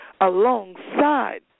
alongside